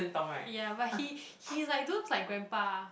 ya but he he like those like grandpa